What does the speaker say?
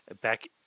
back